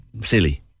silly